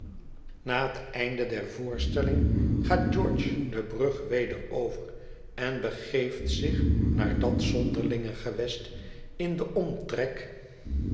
na het einde der voorstelling gaat george de brug weder over en begeeft zich naar dat zonderlinge gewest in den omtrek